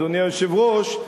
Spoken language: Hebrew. אדוני היושב-ראש,